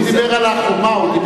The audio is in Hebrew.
הוא דיבר על החומה.